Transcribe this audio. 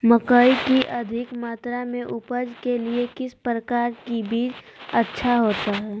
मकई की अधिक मात्रा में उपज के लिए किस प्रकार की बीज अच्छा होता है?